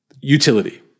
utility